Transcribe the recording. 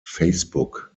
facebook